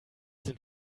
sind